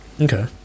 okay